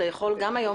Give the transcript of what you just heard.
אתה יכול גם היום,